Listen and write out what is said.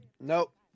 nope